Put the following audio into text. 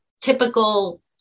typical